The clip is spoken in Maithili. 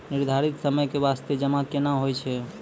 निर्धारित समय के बास्ते जमा केना होय छै?